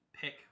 pick